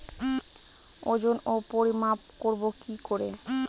ওজন ও পরিমাপ করব কি করে?